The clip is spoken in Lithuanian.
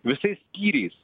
visais skyriais